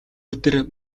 өдөр